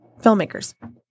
filmmakers